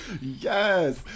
yes